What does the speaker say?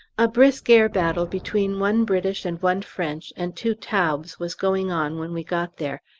a brisk air battle between one british and one french and two taubes was going on when we got there,